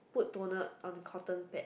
put toner on cotton pad